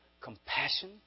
compassion